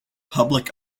public